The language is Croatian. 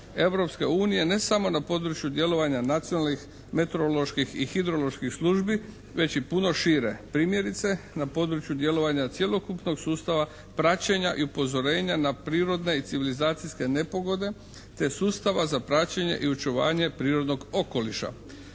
Europske unije ne samo na području djelovanja nacionalnih meteoroloških i hidroloških službi već i puno šire. Primjerice na području djelovanja cjelokupnog praćenja i upozorenja na prirodne i civilizacijske nepogode te sustava za praćenje i očuvanje prirodnog okoliša.